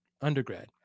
undergrad